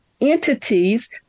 entities